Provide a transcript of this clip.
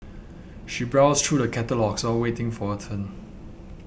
she browsed through the catalogues all waiting for her turn